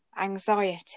anxiety